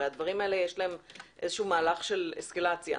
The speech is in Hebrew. לדברים האלה יש מהלך של אסקלציה.